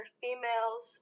females